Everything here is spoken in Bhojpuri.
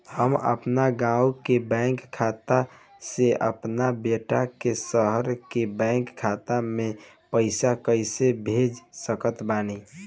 हम अपना गाँव के बैंक खाता से अपना बेटा के शहर के बैंक खाता मे पैसा कैसे भेज सकत बानी?